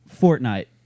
Fortnite